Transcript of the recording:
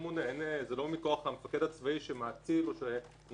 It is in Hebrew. זה לא מכורח המפקד הצבאי שנותן סמכויות,